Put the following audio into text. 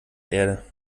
erde